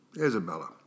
Isabella